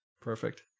perfect